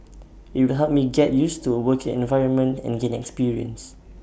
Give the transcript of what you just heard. IT will help me get used to A working environment and gain experience